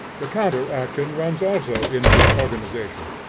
the counter action runs also into organization.